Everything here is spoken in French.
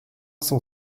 cent